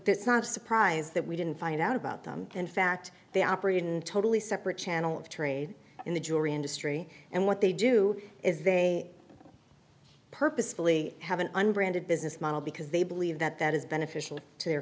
it's not a surprise that we didn't find out about them in fact they operate in totally separate channel of trade in the jewelry industry and what they do is they are purposefully have an unbranded business model because they believe that that is beneficial to their